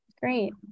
great